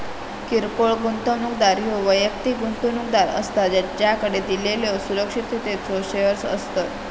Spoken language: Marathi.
किरकोळ गुंतवणूकदार ह्यो वैयक्तिक गुंतवणूकदार असता ज्याकडे दिलेल्यो सुरक्षिततेचो शेअर्स असतत